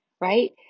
right